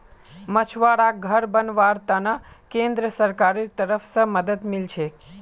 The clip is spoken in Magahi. मछुवाराक घर बनव्वार त न केंद्र सरकारेर तरफ स मदद मिल छेक